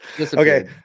Okay